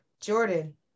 jordan